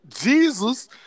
Jesus